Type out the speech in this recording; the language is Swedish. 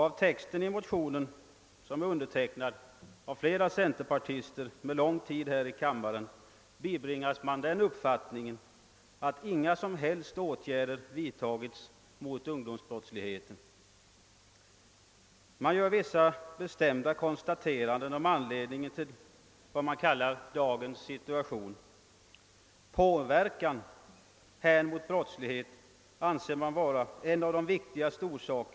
Av texten i motionen, som är undertecknad av flera centerpartister med lång tid här i kammaren, bibringas man uppfattningen att inga som helst åtgärder vidtagits mot ungdomsbrottsligheten. Motionärerna gör vissa bestämda konstateranden om orsakerna till vad man kallar »dagens situation». Påverkan mot brottslighet anser man vara en av de viktigaste.